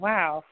Wow